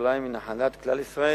ירושלים היא נחלת כלל ישראל,